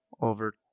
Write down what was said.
over